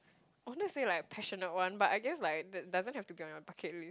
I wanted to say like passionate [one] but I guess like doesn't have to be on your bucket lis~